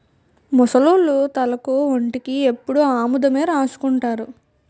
ముసలోళ్లు తలకు ఒంటికి ఎప్పుడు ఆముదమే రాసుకుంటారు